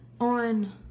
on